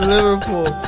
Liverpool